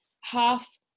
half